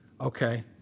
Okay